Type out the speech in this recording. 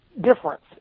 difference